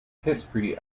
history